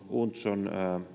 untso